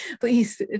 Please